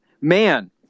man